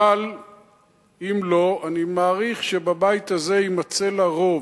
אבל אם לא, אני מעריך שבבית הזה יימצא לה רוב,